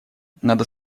надо